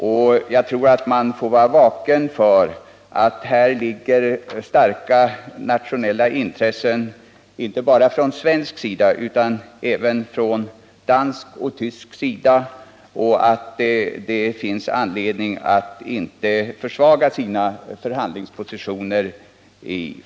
Vi måste vara vakna för att det här finns starka nationella intressen inte bara från svensk sida utar. även från dansk och tysk sida. Det finns anledning att inte försvaga sina förhandlingspositioner.